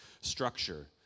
structure